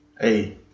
Hey